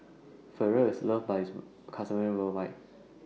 Futuro IS loved By its customers worldwide